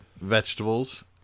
vegetables